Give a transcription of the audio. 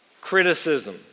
criticism